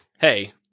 hey